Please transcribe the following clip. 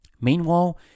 Meanwhile